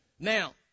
Now